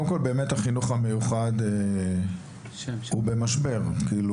קודם כל, החינוך המיוחד נמצא במשבר באופן כללי,